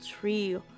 tree